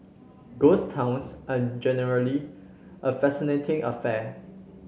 ghost towns are generally a fascinating affair